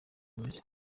bimeze